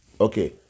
Okay